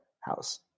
house